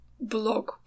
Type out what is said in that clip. blog